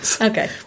okay